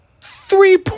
Three